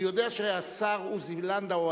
אני יודע שהשר עוזי לנדאו,